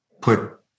put